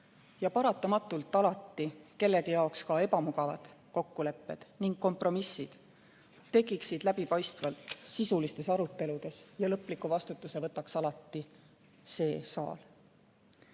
ja paratamatult alati kellegi jaoks ka ebamugavad kokkulepped ning kompromissid tekiksid läbipaistvalt, sisulistes aruteludes ja lõpliku vastutuse võtaks alati see saal.